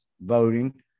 voting